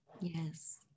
Yes